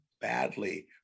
badly